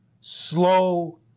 slow